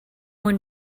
one